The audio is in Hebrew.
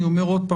אני אומר שוב,